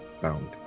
bound